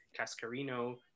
Cascarino